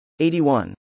81